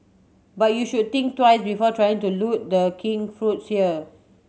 but you should think twice before trying to loot The King fruits here